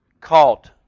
cult